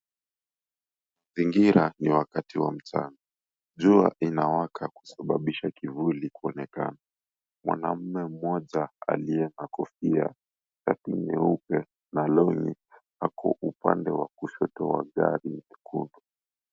Mazingira ni wakati wa mchana. Jua inawaka kusababisha kivuli kuonekana. Mwanamume mmoja aliye na kofia, shati nyeupe na longi , ako upande wa kushoto wa gari nyekundu.